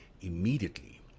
immediately